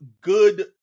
good